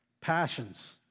passions